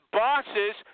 bosses